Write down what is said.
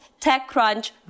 TechCrunch